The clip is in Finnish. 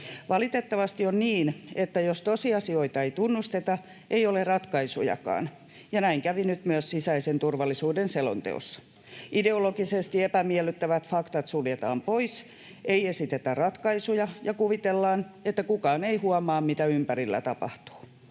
Valitettavasti on niin, että jos tosiasioita ei tunnusteta, ei ole ratkaisujakaan, ja näin kävi nyt myös sisäisen turvallisuuden selonteossa. Ideologisesti epämiellyttävät faktat suljetaan pois, ei esitetä ratkaisuja ja kuvitellaan, että kukaan ei huomaa, mitä ympärillä tapahtuu.